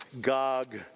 Gog